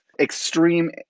extreme